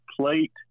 plate